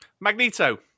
Magneto